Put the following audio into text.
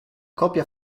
copia